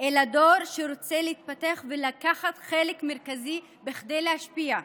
אלא רוצה להתפתח ולקחת חלק מרכזי כדי להשפיע.